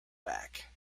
back